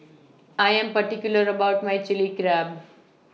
I Am particular about My Chilli Crab